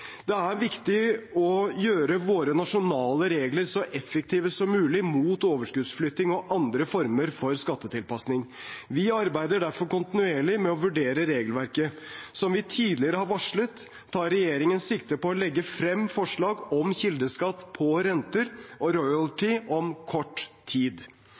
Det er viktig å gjøre våre nasjonale regler så effektive som mulig mot overskuddsflytting og andre former for skattetilpasning. Vi arbeider derfor kontinuerlig med å vurdere regelverket. Som vi tidligere har varslet, tar regjeringen sikte på å legge frem forslag om kildeskatt på renter og royalty om kort tid.